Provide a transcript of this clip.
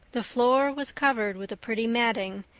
the floor was covered with a pretty matting,